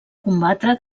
combatre